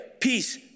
peace